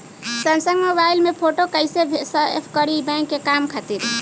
Samsung mobile में photo कैसे save करीं बैंक के काम खातिर?